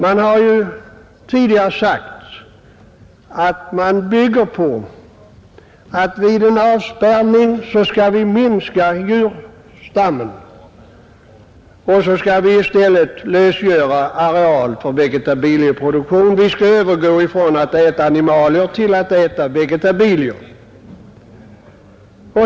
Man har tidigare sagt att vid en avspärrning skulle djurstammen minskas och i stället areal lösgöras för vegetabilieproduktion; vi skall övergå från att äta animalier till att äta vegetabilier.